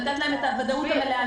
לתת להן את הוודאות המלאה,